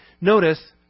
Notice